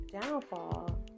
downfall